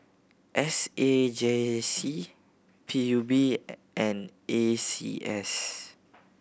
S A J C P U B and A C S